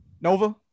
Nova